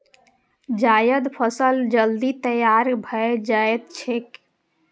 जायद फसल जल्दी तैयार भए जाएत छैक